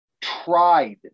tried